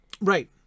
Right